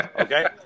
okay